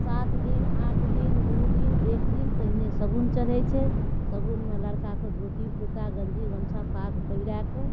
सात दिन आठ दिन दू दिन एक दिन पहिने शगुन चढ़ै छै शगुनमे लड़काके धोती कुरता गञ्जी गमछा पाग पहिरा कऽ